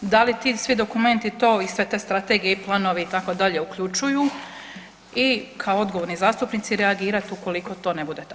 da li ti svi dokumenti to i sve strategije i planovi itd. uključuju i kao odgovorni zastupnici reagirat ukoliko to ne bude tako.